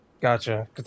Gotcha